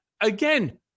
again